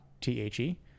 t-h-e